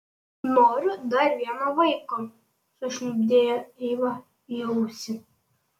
noriu dar vieno vaiko sušnibždėjo eiva į ausį